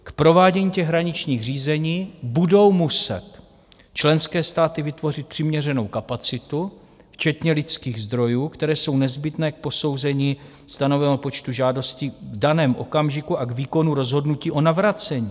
K provádění hraničních řízení budou muset členské státy vytvořit přiměřenou kapacitu včetně lidských zdrojů, které jsou nezbytné k posouzení stanoveného počtu žádostí v daném okamžiku a k výkonu rozhodnutí o navracení.